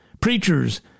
Preachers